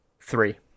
Three